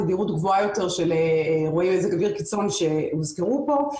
תדירות גבוהה יותר של אירועי מזג אוויר קיצון שהוזכרו פה,